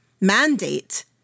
mandate